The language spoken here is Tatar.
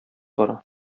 бара